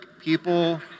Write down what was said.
people